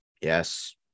yes